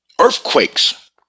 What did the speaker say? Earthquakes